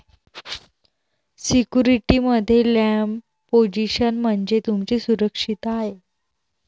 security मध्ये लांब position म्हणजे तुमची सुरक्षितता आहे